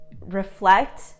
reflect